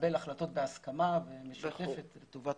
לקבל החלטות בהסכמה ולטובת כולם.